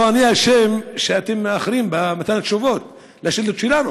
לא אני אשם שאתם מאחרים במתן תשובות לשאילתות שלנו.